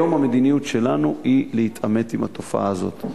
היום המדיניות שלנו היא להתעמת עם התופעה הזאת.